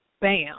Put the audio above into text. Bam